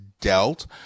dealt